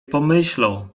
pomyślą